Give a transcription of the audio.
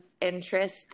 interest